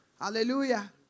Hallelujah